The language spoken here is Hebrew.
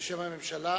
בשם הממשלה.